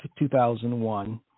2001